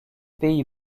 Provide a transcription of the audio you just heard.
pays